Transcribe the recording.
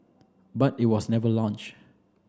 but it was never launched